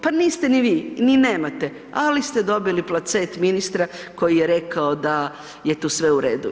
Pa niste ni vi, ni nemate, ali ste dobili placet ministra koji je rekao da je to sve u redu.